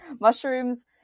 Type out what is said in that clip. Mushrooms